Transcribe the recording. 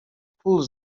puls